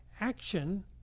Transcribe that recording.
action